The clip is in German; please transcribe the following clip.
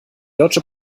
deutsche